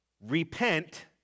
repent